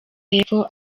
y’epfo